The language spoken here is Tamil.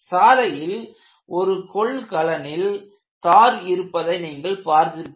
சாலையில் ஒரு கொள்கலனில் தார் இருப்பதை நீங்கள் பார்த்திருப்பீர்கள்